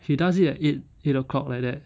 he does it like it eight o'clock like that